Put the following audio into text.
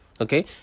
okay